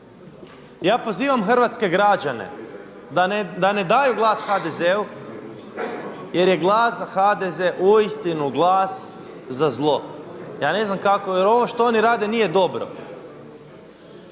Ja pozivam hrvatske građane da ne daju glas HDZ-u jer je glas za HDZ uistinu glas za zlo. Ja ne znam kako, jer ovo što oni rade nije dobro.